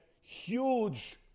huge